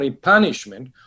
punishment